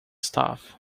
staff